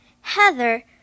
Heather